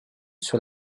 sur